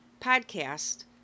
podcast